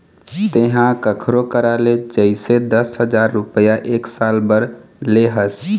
तेंहा कखरो करा ले जइसे दस हजार रुपइया एक साल बर ले हस